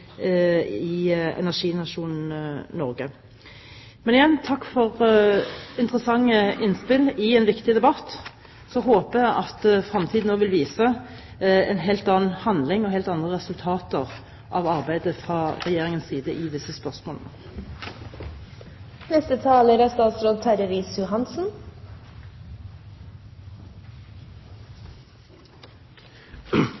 i energinasjonen Norge. Men igjen: Takk for interessante innspill i en viktig debatt. Så håper jeg at fremtiden også vil vise en helt annen handling og helt andre resultater av arbeidet fra Regjeringens side i disse spørsmålene. Noen kommentarer til temaer som er